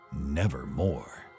nevermore